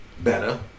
better